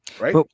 Right